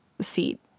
seat